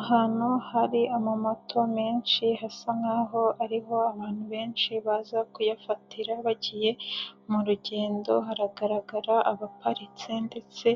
Ahantu hari amamoto menshi hasa nkaho ariho abantu benshi baza kuyafatira bagiye mu rugendo, haragaragara abaparitse ndetse